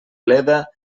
bleda